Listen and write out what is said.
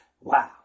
Wow